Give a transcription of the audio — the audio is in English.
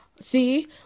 See